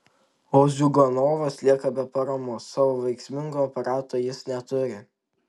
o ziuganovas lieka be paramos savo veiksmingo aparato jis neturi